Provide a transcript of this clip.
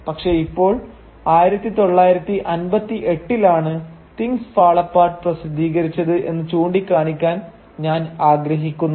പക്ഷേ ഇപ്പോൾ 1958 ലാണ് തിങ്സ് ഫാൾ അപ്പാർട്ട് പ്രസിദ്ധീകരിച്ചത് എന്ന് ചൂണ്ടിക്കാണിക്കാൻ ഞാൻ ആഗ്രഹിക്കുന്നു